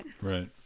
Right